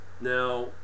now